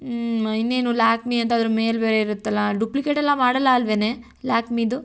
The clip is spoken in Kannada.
ಇನ್ನೇನು ಲ್ಯಾಕ್ಮಿ ಅಂತ ಅದ್ರ ಮೇಲೆ ಬೇರೆ ಇರುತ್ತಲ್ಲಾ ಡುಪ್ಲಿಕೇಟ್ ಎಲ್ಲ ಮಾಡಲ್ಲ ಅಲ್ಲವೇನೆ ಲ್ಯಾಕ್ಮಿದು